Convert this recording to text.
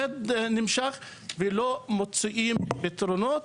מאוד נמשך ולא מוצאים פתרונות,